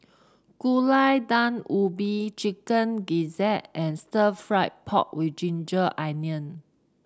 Gulai Daun Ubi Chicken Gizzard and Stir Fried Pork with ginger onion